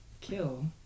kill